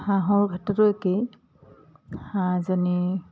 হাঁহৰ ক্ষেত্ৰটো একেই হাঁহজনী